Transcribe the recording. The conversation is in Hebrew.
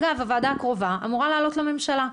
אגב, הוועדה הקרובה אמורה לעלות לממשלה.